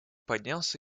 поднялся